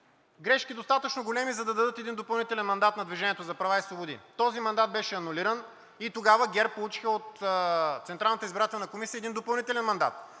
грешки достатъчно големи, за да дадат един допълнителен мандат на „Движение за права и свободи“. Този мандат беше анулиран и тогава ГЕРБ получиха от Централната избирателна комисия един допълнителен мандат.